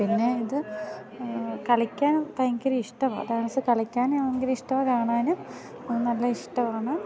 പിന്നെ ഇത് കളിക്കാൻ ഭയങ്കര ഇഷ്ടമാ ഡാൻസ് കളിക്കാൻ ഭയങ്കര ഇഷ്ടമാ കാണാനും നല്ല ഇഷ്ടമാണ്